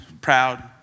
proud